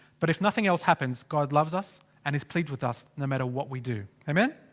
but if nothing else happens, god loves us, and is pleased with us, no matter what we do. amen?